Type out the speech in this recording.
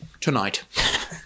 tonight